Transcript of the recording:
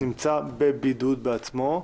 נמצא בבידוד בעצמו,